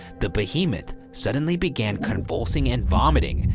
the behemoth suddenly began convulsing and vomiting,